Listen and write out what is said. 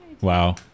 Wow